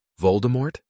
Voldemort